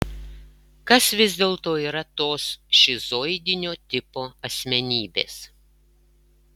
kas vis dėlto yra tos šizoidinio tipo asmenybės